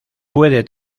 puede